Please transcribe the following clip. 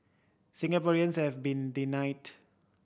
Singaporeans have been denied